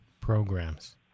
programs